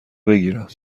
بگیرم